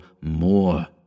more